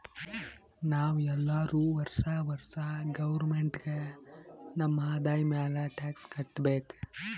ನಾವ್ ಎಲ್ಲೋರು ವರ್ಷಾ ವರ್ಷಾ ಗೌರ್ಮೆಂಟ್ಗ ನಮ್ ಆದಾಯ ಮ್ಯಾಲ ಟ್ಯಾಕ್ಸ್ ಕಟ್ಟಬೇಕ್